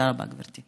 תודה רבה, גברתי.